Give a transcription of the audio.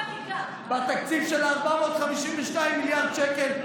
בתקציב של 452 מיליארד שקל,